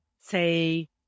say